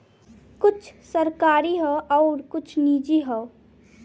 कुछ सरकारी हौ आउर कुछ निजी हौ